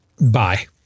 Bye